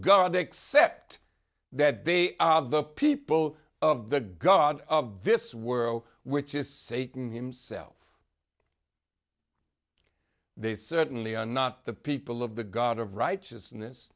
god except that they are the people of the god of this world which is satan himself they certainly are not the people of the god of righteousness